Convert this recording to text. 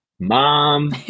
Mom